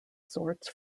sorts